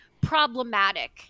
problematic